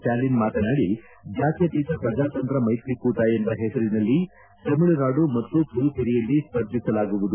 ಸ್ಟ್ವಾಲಿನ್ ಮಾತನಾಡಿ ಜಾತ್ಯಕೀತ ಪ್ರಜಾತಂತ್ರ ಮೈತ್ರಿಕೂಟ ಎಂಬ ಹೆಸರಿನಲ್ಲಿ ತಮಿಳುನಾಡು ಮತ್ತು ಪುದುಚೇರಿಯಲ್ಲಿ ಸ್ವರ್ಧಿಸಲಾಗುವುದು